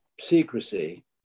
secrecy